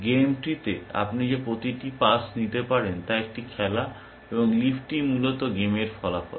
game ট্রিতে আপনি যে প্রতিটি পাস নিতে পারেন তা একটি খেলা এবং লিফ টি মূলত গেমের ফলাফল